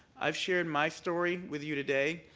i've shared my story with you today.